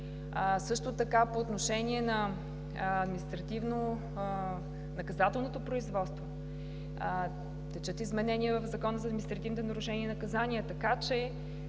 Също така по отношение на административно-наказателното производство текат изменения в Закона за административните нарушения и наказания.